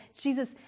Jesus